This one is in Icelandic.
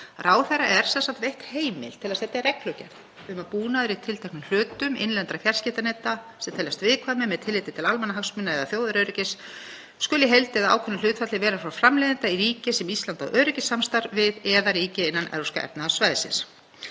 Ráðherra er sem sagt veitt heimild til að setja reglugerð um að búnaður í tilteknum hlutum innlendra fjarskiptaneta sem teljast viðkvæmir með tilliti til almannahagsmuna eða þjóðaröryggis skuli í heild eða ákveðnu hlutfalli vera frá framleiðanda í ríki sem Ísland á öryggissamstarf við eða ríki innan Evrópska efnahagssvæðisins.